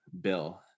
bill